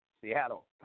Seattle